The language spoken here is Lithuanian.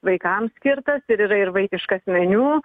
vaikams skirtas ir yra ir vaikiškas meniu